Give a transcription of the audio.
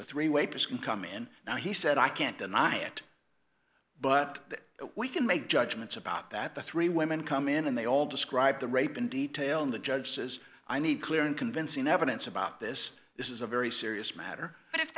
a three way person come in now he said i can't deny it but we can make judgments about that the three women come in and they all describe the rape in detail and the judge says i need clear and convincing evidence about this this is a very serious matter but if